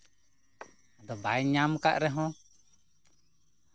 ᱟᱫᱚ ᱵᱟᱭ ᱧᱟᱢ ᱠᱟᱜ ᱨᱮᱦᱚᱸ